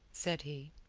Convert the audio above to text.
said he.